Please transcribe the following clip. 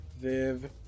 Viv